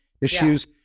issues